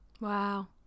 Wow